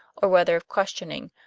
or rather of questioning,